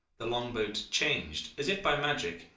the long-boat changed, as if by magic,